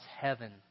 heaven